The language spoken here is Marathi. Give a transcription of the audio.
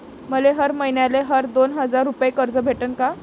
मले हर मईन्याले हर दोन हजार रुपये कर्ज भेटन का?